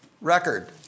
Record